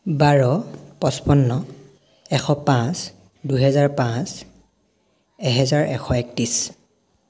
বাৰ পঁচপন্ন এশ পাঁচ দুহেজাৰ পাঁচ এহেজাৰ এশ একত্ৰিছ